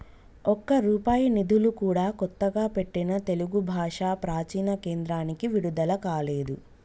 ఒక్క రూపాయి నిధులు కూడా కొత్తగా పెట్టిన తెలుగు భాషా ప్రాచీన కేంద్రానికి విడుదల కాలేదు